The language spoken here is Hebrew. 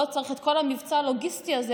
לא צריך את כל המבצע הלוגיסטי הזה,